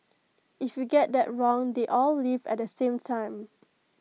if you get that wrong they all leave at the same time